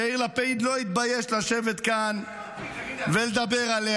שיאיר לפיד לא התבייש לשבת כאן ולדבר עליה.